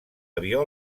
avió